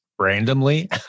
Randomly